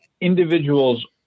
individuals